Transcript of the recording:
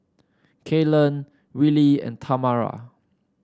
Kaylan Willie and Tamara